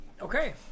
Okay